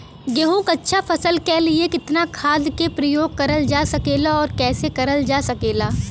गेहूँक अच्छा फसल क लिए कितना खाद के प्रयोग करल जा सकेला और कैसे करल जा सकेला?